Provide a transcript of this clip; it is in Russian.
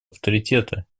авторитета